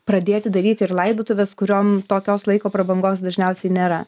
pradėti daryti ir laidotuves kuriom tokios laiko prabangos dažniausiai nėra